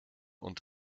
und